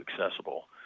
accessible